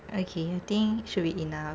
okay I think should be enough